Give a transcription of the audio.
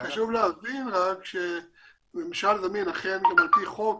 חשוב להבין גם שממשל זמין אכן גם על פי חוק